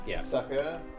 Sucker